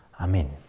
Amen